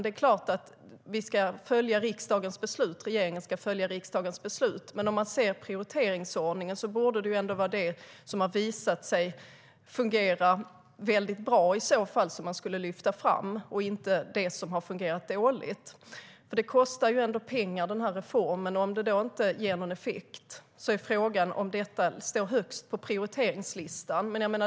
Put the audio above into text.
Det är klart att regeringen ska följa riksdagens beslut, men om man ser till prioriteringsordningen borde det ju vara det som har visat sig fungera väldigt bra som man ska lyfta fram, inte det som har fungerat dåligt. Den här reformen kostar ju pengar, och om den inte ger någon effekt är frågan om detta bör stå högst på prioriteringslistan.